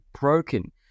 broken